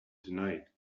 tonight